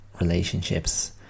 relationships